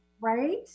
Right